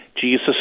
Jesus